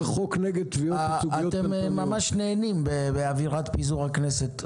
חוק נגד תביעות ייצוגיות --- אתם ממש נהנים מאווירת פיזור הכנסת.